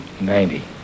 Ninety